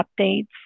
updates